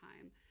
time